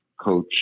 coach